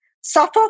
suffer